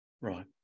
Right